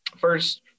first